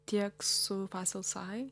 tiek su paselsai